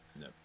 No